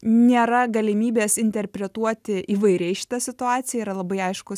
nėra galimybės interpretuoti įvairiai šitą situaciją yra labai aiškus